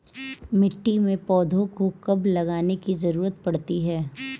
मिट्टी में पौधों को कब लगाने की ज़रूरत पड़ती है?